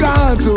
God